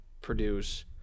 produce